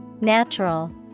Natural